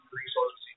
resources